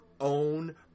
own